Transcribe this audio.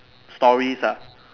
stories ah